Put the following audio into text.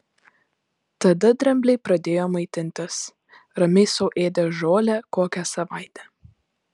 tada drambliai pradėjo maitintis ramiai sau ėdė žolę kokią savaitę